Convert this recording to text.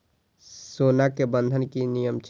सोना के बंधन के कि नियम छै?